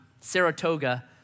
Saratoga